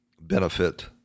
benefit